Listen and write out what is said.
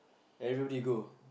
everybody go